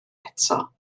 eto